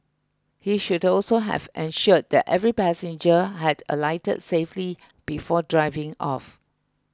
he should also have ensured that every passenger had alighted safely before driving off